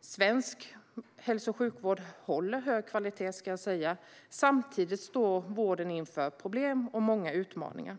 Svensk hälso och sjukvård håller hög kvalitet, men samtidigt står vården inför problem och många utmaningar.